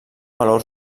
valor